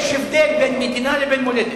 יש הבדל בין מדינה לבין מולדת.